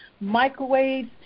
microwaves